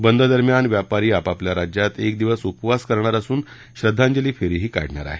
बंद दरम्यान व्यापारी आपापल्या राज्यात एक दिवस उपवास करणार असून श्रद्धांजली फेरीही काढणार आहेत